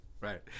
Right